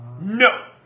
no